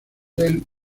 del